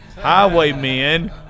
Highwaymen